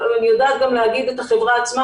אני יודעת גם להגיד את שם החברה עצמה,